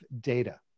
data